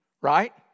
right